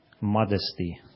modesty